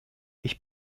ich